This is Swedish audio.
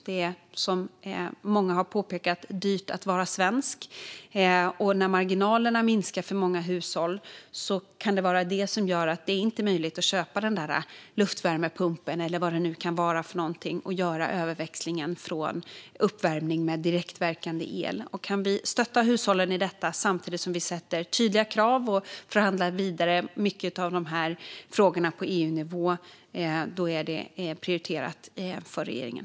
Det är som många påpekat dyrt att vara svensk, och när marginalerna minskar för många hushåll kan det vara det som gör att det inte är möjligt att köpa den där luftvärmepumpen eller vad det nu kan vara för att växla över från uppvärmning med direktverkande el. Kan vi stötta hushållen i detta samtidigt som vi ställer tydliga krav och förhandlar vidare många av de här frågorna på EU-nivå är det prioriterat för regeringen.